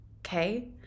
okay